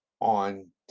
on